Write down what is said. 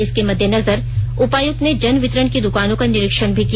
इसके मद्देनजर उपायुक्त ने जन वितरण की द्कानों का निरीक्षण भी किया